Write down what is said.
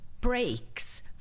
breaks